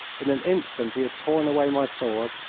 in an instant he had torn away my sword,